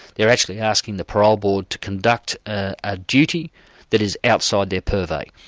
they're actually asking the parole board to conduct a duty that is outside their purvey,